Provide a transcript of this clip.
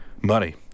Money